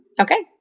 Okay